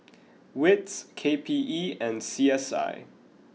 Wits K P E and C S I